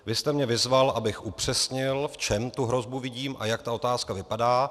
Vy jste mě vyzval, abych upřesnil, v čem tu hrozbu vidím a jak ta otázka vypadá.